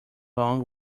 along